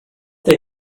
they